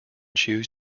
choose